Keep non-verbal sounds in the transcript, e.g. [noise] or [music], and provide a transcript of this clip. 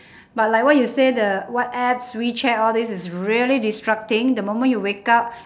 [breath] but like what you said the whatsapp wechat all this is really disrupting the moment you wake up [breath]